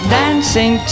dancing